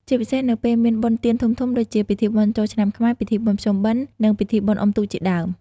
ជាពិសេសនៅពេលមានបុណ្យទានធំៗដូចជា ពិធីបុណ្យចូលឆ្នាំខ្មែរ ពិធីបុណ្យភ្ជុំបិណ្ឌ និង ពិធីបុណ្យអុំទូក ជាដើម។